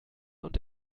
und